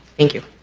thank you.